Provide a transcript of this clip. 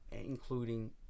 including